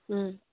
ꯎꯝ